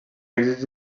èxits